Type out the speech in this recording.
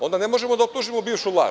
Onda ne možemo da optužimo bivšu vlast.